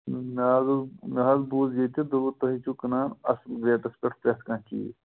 مےٚ حظ اوس مےٚ حظ بوٗز ییٚتہِ دوٚپُکھ تُہۍ چھِو کٕنان اَصٕل ریٹَس پٮ۪ٹھ پرٛتھ کانٛہہ چیٖز